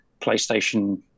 PlayStation